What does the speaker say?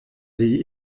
sie